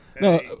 no